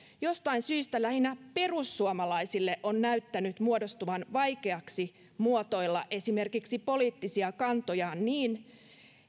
jostain syystä lähinnä perussuomalaisille on näyttänyt muodostuvan vaikeaksi muotoilla esimerkiksi poliittisia kantojaan niin